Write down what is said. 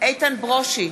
איתן ברושי,